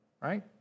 right